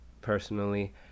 personally